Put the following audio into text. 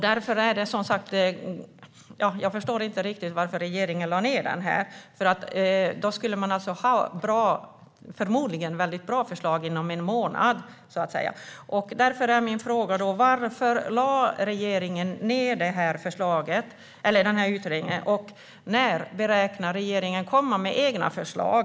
Därför förstår jag som sagt inte riktigt varför regeringen lade ned utredningen. Annars skulle man förmodligen ha fått bra förslag inom drygt en månad. Därför är mina frågor: Varför lade regeringen ned utredningen? Och när beräknar regeringen att komma med egna förslag?